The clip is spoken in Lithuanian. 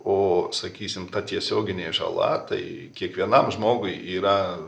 o sakysim ta tiesioginė žala tai kiekvienam žmogui yra